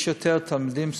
יש יותר תלמידים סוף-סוף,